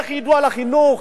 איך ידעו על החינוך?